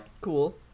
Cool